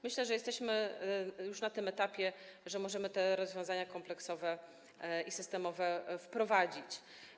Myślę, że jesteśmy już na tym etapie, że możemy te rozwiązania kompleksowe i systemowe wprowadzić.